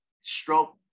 stroke